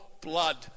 blood